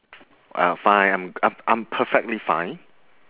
uh fine I'm I'm I'm perfectly fine